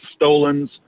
stolens